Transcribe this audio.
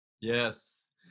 Yes